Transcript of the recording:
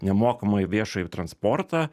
nemokamąjį viešąjį transportą